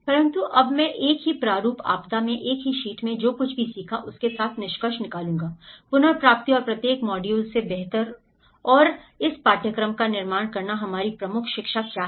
लेकिन अब मैं एक ही प्रारूप आपदा में एक ही शीट में जो कुछ भी सीखा है उसके साथ निष्कर्ष निकालूंगा पुनर्प्राप्ति और प्रत्येक मॉड्यूल से बेहतर और इस पाठ्यक्रम का निर्माण करना हमारी प्रमुख शिक्षाएं क्या हैं